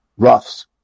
Ruffs